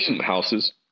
houses